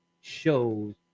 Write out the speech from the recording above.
shows